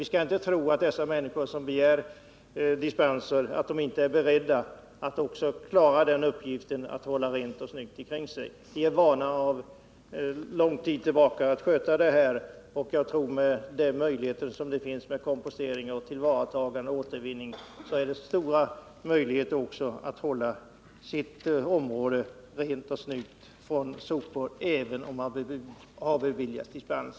Vi skall inte tro att de människor som begär dispens inte är beredda att också klara uppgiften att hålla rent och snyggt kring sig. De är sedan lång tid tillbaka vana att sköta detta. Med de möjligheter som finns med komposteringar, tillvaratagande och återvinning kan man hålla rent och snyggt även om dispens beviljats.